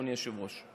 אדוני היושב-ראש.